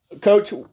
Coach